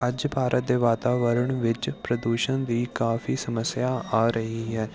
ਅੱਜ ਭਾਰਤ ਦੇ ਵਾਤਾਵਰਨ ਵਿੱਚ ਪ੍ਰਦੂਸ਼ਣ ਦੀ ਕਾਫੀ ਸਮੱਸਿਆ ਆ ਰਹੀ ਹੈ